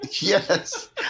yes